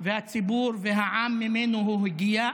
והציבור והעם שממנו הוא הגיע,